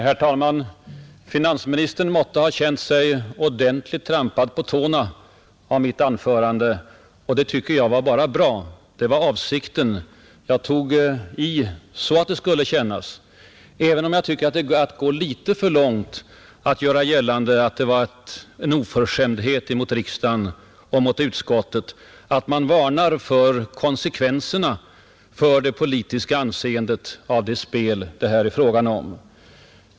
Herr talman! Finansministern måtte ha känt sig ordentligt trampad på tårna av mitt anförande — och det tycker jag var bara bra. Det var nämligen avsikten, Jag tog i så att det skulle kännas. Men jag tycker att det var att gå litet för långt att göra gällande att det var en ”oförskämdhet” mot riksdagen och utskottet då jag varnade för konsekvenserna för det politiska anseendet av det spel som det här gäller.